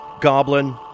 Goblin